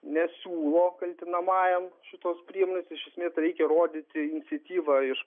nesiūlo kaltinamajam šitos priemonės iš esmės reikia rodyti iniciatyvą iš